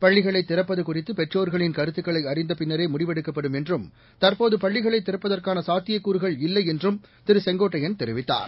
பள்ளிகளை திறப்பது குறித்து பெற்றோர்களின் கருத்துக்களை அறிந்து பின்னர் முடிவெடுக்கப்படும் என்றும் தற்போது பள்ளிகளை திறப்பதற்கான சாத்தியக்கூறு இல்லை என்றும் திரு செங்கோட்டையன் தெரிவித்தார்